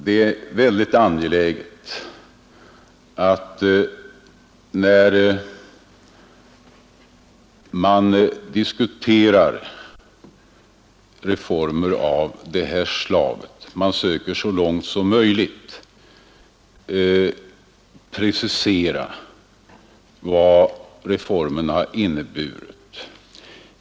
Det är väldigt angeläget att, när man diskuterar reformer av det här slaget, man så långt som möjligt söker precisera vad reformerna har inneburit.